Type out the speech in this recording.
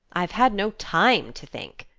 i've had no time to think,